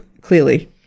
clearly